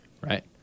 right